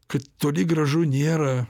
kad toli gražu nėra